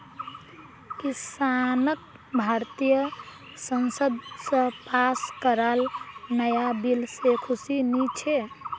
किसानक भारतीय संसद स पास कराल नाया बिल से खुशी नी छे